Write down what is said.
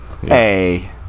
hey